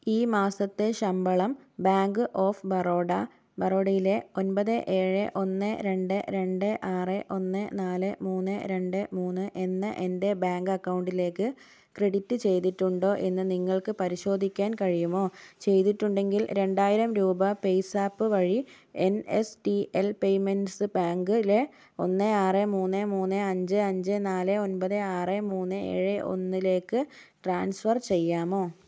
ഈ മാസത്തെ ശമ്പളം ബാങ്ക് ഓഫ് ബറോഡ ബറോഡയിലെ ഒൻപത് ഏഴ് ഒന്ന് രണ്ട് രണ്ട് ആറ് ഒന്ന് നാല് മൂന്ന് രണ്ട് മൂന്ന് എന്ന എൻ്റെ ബാങ്ക് അക്കൗണ്ടിലേക്ക് ക്രെഡിറ്റ് ചെയ്തിട്ടുണ്ടോ എന്ന് നിങ്ങൾക്ക് പരിശോധിക്കാൻ കഴിയുമോ ചെയ്തിട്ടുണ്ടെങ്കിൽ രണ്ടായിരം രൂപ പേയ്സാപ്പ് വഴി N S D L payments bank ലെ ഒന്ന് ആറ് മൂന്ന് മൂന്ന് അഞ്ച് അഞ്ച് നാല് ഒൻപത് ആറ് മൂന്ന് ഏഴ് ഒന്നിലേക്ക് ട്രാൻസ്ഫർ ചെയ്യാമോ